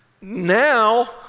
Now